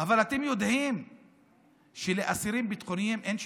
אבל אתם יודעים שלאסירים ביטחוניים אין שיקום?